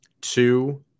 two